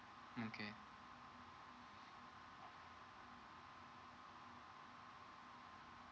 okay